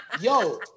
Yo